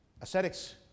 Ascetics